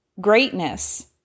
Greatness